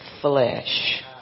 flesh